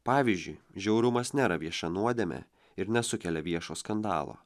pavyzdžiui žiaurumas nėra vieša nuodėmė ir nesukelia viešo skandalo